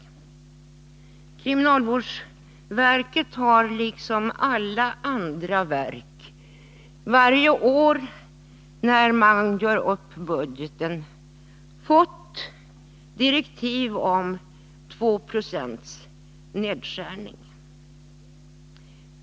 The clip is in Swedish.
Kriminalvårdsverket har, liksom alla andra verk, varje år då man gjort upp budgeten fått direktiv om att företa 2 76 nedskärning.